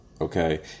okay